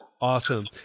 Awesome